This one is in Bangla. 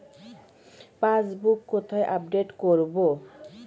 পাসবুক কোথায় আপডেট করব?